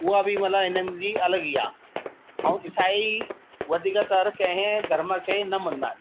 उहा बि मतिलबु हिननि जी अलॻि ई आहे ऐं ईसाई वधीकतर कंहिं धर्म खे न मञंदा आहिनि